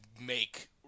make